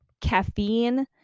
caffeine